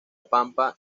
pampa